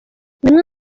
bimwe